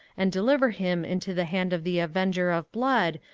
and deliver him into the hand of the avenger of blood,